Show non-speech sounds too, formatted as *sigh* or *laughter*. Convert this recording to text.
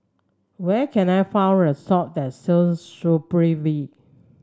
where can I *unintelligible* a sop that sells Supravit